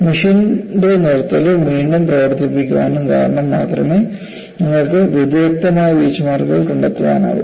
മെഷീന്റെ നിർത്തലും വീണ്ടും പ്രവർത്തിപ്പിക്കാനും കാരണം മാത്രമേ നിങ്ങൾ വ്യതിരിക്തമായ ബീച്ച്മാർക്കുകൾ കണ്ടെത്താനാവൂ